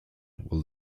will